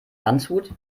landshut